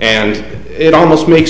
and it almost makes